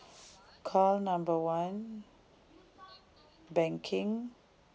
call number one banking